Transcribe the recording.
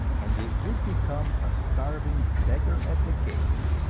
and it would become a starving beggar at the gates,